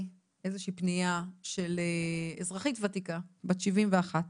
איזו שהיא פנייה של אזרחית ותיקה בת 71,